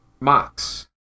Max